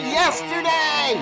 yesterday